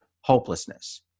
hopelessness